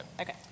Okay